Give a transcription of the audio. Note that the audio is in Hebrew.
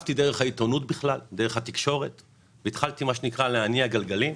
נחשפתי דרך קריאה בעיתון והתחלתי להניע גלגלים.